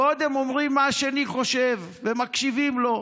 קודם אומרים מה השני חושב ומקשיבים לו,